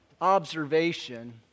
observation